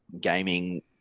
gaming